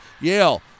Yale